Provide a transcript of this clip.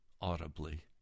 audibly